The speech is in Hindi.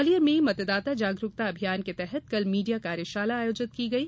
ग्वालियर में मतदाता जागरूकता अभियान के तहत कल मीडिया कार्यशाला आयोजित की गई